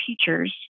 teachers